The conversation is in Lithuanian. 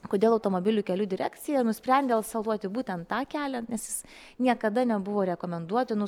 kodėl automobilių kelių direkcija nusprendė asfaltuoti būtent tą kelią nes niekada nebuvo rekomenduotinų